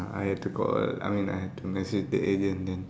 I have to call I mean I have to message the agent then